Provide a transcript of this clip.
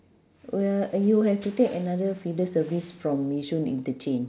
oh ya you will have to take another feeder service from yishun interchange